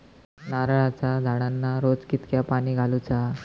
नारळाचा झाडांना रोज कितक्या पाणी घालुचा?